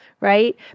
right